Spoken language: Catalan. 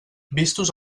vistos